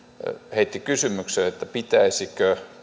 heitti kysymyksen pitäisikö